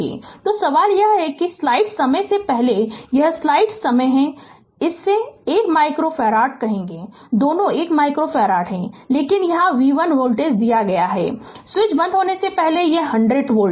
तो सवाल यह है कि स्लाइड समय से पहले यह स्लाइड समय है इस 1 माइक्रोफ़ारड को क्या कहें दोनों 1 माइक्रोफ़ारड हैं लेकिन यहाँ v1 वोल्टेज दिया गया है स्विच बंद होने से पहले यह 100 वोल्ट है लेकिन यहाँ v2 0 है